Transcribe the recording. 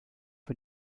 für